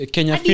Kenya